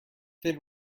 thin